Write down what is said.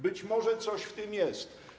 Być może coś w tym jest.